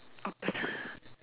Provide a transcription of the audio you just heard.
opposite